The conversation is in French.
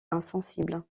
insensible